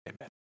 Amen